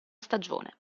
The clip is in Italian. stagione